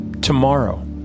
tomorrow